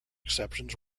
exceptions